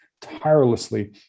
tirelessly